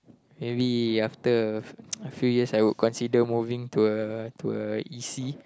maybe after a a few years I would consider moving to a to a e_c